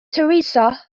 teresa